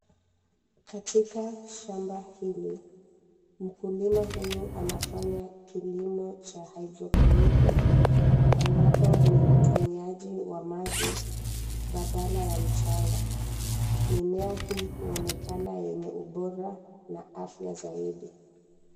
Katika shamba hili, mkulima huyu anafanya kilimo cha hidroponiki ambapo ni utumiaji wa maji badala ya mchanga. Mimea hii huonekana yenye ubora na afya zaidi.